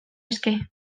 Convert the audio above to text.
eske